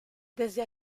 desde